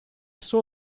saw